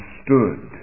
stood